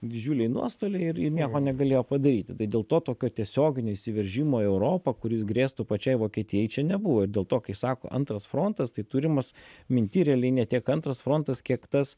didžiuliai nuostoliai ir ir nieko negalėjo padaryti tai dėl to tokio tiesioginio įsiveržimo į europą kuris grėstų pačiai vokietijai čia nebuvo ir dėl to kai sako antras frontas tai turimas minty realiai ne tiek antras frontas kiek tas